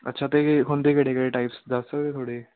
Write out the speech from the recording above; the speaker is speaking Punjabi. ਅੱਛਾ ਅਤੇ ਇਹ ਹੁੰਦੇ ਕਿਹੜੇ ਕਿਹੜੇ ਟਾਈਪਸ ਦੱਸ ਸਕਦੇ ਥੋੜ੍ਹੇ